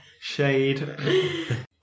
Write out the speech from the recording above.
Shade